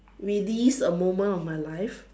relive a moment of my life